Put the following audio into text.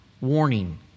warning